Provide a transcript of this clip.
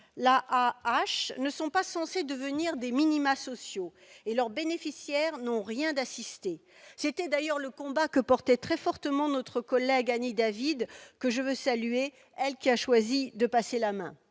l'AAH, ne sont pas censées devenir des minima sociaux, et leurs bénéficiaires n'ont rien d'assistés. C'était d'ailleurs l'un des combats que portait très fortement notre ancienne collègue Annie David, que je veux ici saluer et qui a choisi de passer la main.